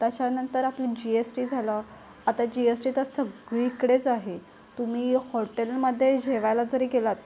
त्याच्यानंतर आपलं G S T झालं आता जी एस टी तर सग्गळीकडेच आहे तुम्ही हॉटेलमध्ये जेवायला जरी गेलात